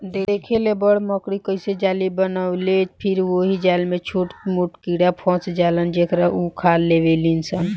देखेल बड़ मकड़ी कइसे जाली बनावेलि फिर ओहि जाल में छोट मोट कीड़ा फस जालन जेकरा उ खा लेवेलिसन